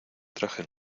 traje